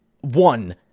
One